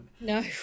no